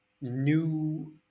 new